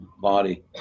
body